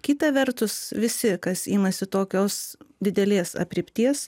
kita vertus visi kas imasi tokios didelės aprėpties